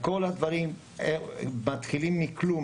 על כל הדברים מתחילים מכלום,